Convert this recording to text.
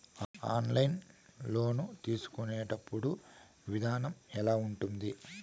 online loan తీసుకునేటప్పుడు విధానం ఎలా ఉంటుంది